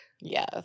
Yes